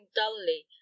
dully